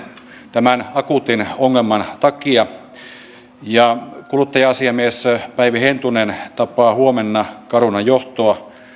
tämän akuutin ongelman takia kuluttaja asiamies päivi hentunen tapaa huomenna carunan johtoa